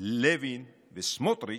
לוין וסמוטריץ'